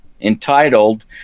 entitled